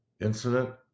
incident